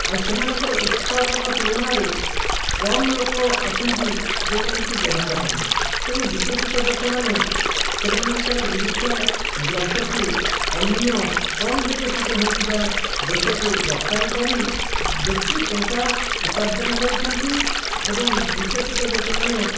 ଆଉ ସେମାନଙ୍କର ଉତ୍ପାଦନ ତୁଳନାରେ କମ୍ ଲୋକ ଅଛନ୍ତି ଯେଉଁମାନେକି ବ୍ୟବହାର କରିବେ ତେଣୁ ବିକଶିତ ଦେଶମାନେ ସେମାନଙ୍କର ଜିନିଷ ଦ୍ରବ୍ୟକୁ ଅନ୍ୟ କମ୍ ବିକଶିତ ହୋଇଥିବା ଦେଶକୁ ରପ୍ତାନି କରି ବେଶି ଟଙ୍କା ଉପାର୍ଜନ କରିଥାନ୍ତି ଏବଂ ବିକଶିତ ଦେଶମାନେ